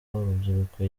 urubyiruko